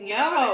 no